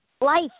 life